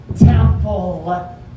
temple